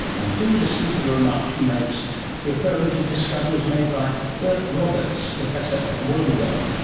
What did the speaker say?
and do listen for the remarks she makes referring to discoveries made by bert roberts, professor at wollongong,